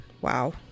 Wow